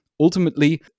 Ultimately